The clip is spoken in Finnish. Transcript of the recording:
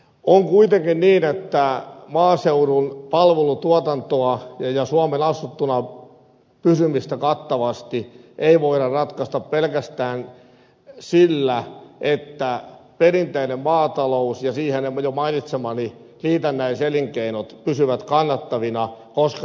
on kuitenkin niin että maaseudun palvelutuotantoa ja suomen asuttuna pysymistä kattavasti ei voida ratkaista pelkästään sillä että perinteinen maatalous ja siihen jo mainitsemani liitännäiselinkeinot pysyvät kannattavina koska kuten ed